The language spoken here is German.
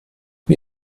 wie